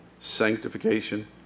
sanctification